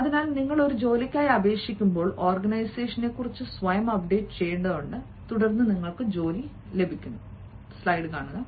അതിനാൽ നിങ്ങൾ ഒരു ജോലിക്കായി അപേക്ഷിക്കുമ്പോൾ ഓർഗനൈസേഷനെക്കുറിച്ച് സ്വയം അപ്ഡേറ്റ് ചെയ്യേണ്ടതുണ്ട് തുടർന്ന് നിങ്ങള്ക്ക് ജോലി കിട്ടുന്നു